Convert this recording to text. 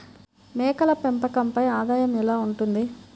మేకల పెంపకంపై ఆదాయం ఎలా ఉంటుంది?